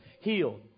healed